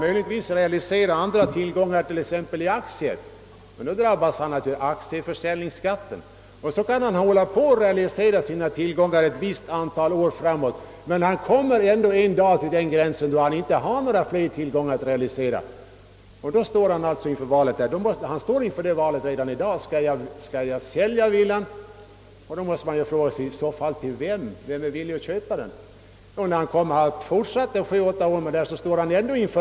Om han realiserar andra tillgångar exempelvis aktier drabbas han av aktieförsäljningsskatten. Han kommer ändå efter ett antal år till den gräns när han inte har fler tillgångar att realisera och han alltså måste sälja sin villa. Men vem kan då köpa den? I dag kan han kanske sälja den, låt vara med ganska stor förlust, och det var ju inte heller vad han räknat med.